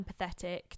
empathetic